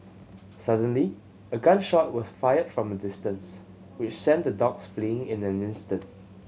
suddenly a gun shot was fired from a distance which sent the dogs fleeing in an instant